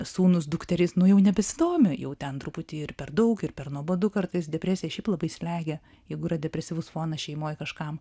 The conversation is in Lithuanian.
sūnūs dukterys nu jau nebesidomi jau ten truputį per daug ir per nuobodu kartais depresija šiaip labai slegia jeigu yra depresyvus fonas šeimoj kažkam